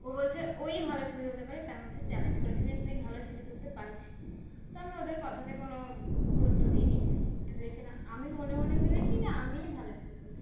ও বলছে ওই ভালো ছবি তুলতে পারে তার মধ্যে চ্যালেঞ্জ করেছিল তুই ভালো ছবি তুলতে পাইছি তো আমি ওদের কথাতে কোনো গুরুত্ব দিই নি ভেবেছিলাম আমি মনে মনে ভেবেছি যে আমিই ভালো ছবি তুলতে পারি